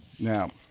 now,